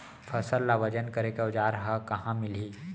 फसल ला वजन करे के औज़ार हा कहाँ मिलही?